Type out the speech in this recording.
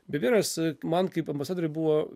be abejonės man kaip ambasadoriui buvo